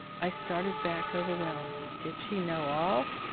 i started back overwhelmed. did she know all?